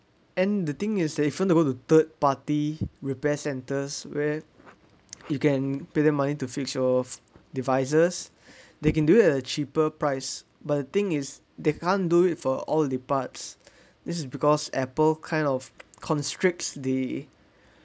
and the thing is that even you go the third party repair centers where you can pay them money to fix your devices they can do it a cheaper price but the thing is they can't do it for all the parts this is because Apple kind of constricts the